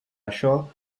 això